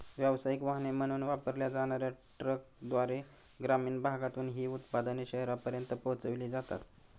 व्यावसायिक वाहने म्हणून वापरल्या जाणार्या ट्रकद्वारे ग्रामीण भागातून ही उत्पादने शहरांपर्यंत पोहोचविली जातात